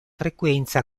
frequenza